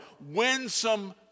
winsome